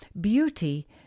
Beauty